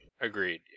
Agreed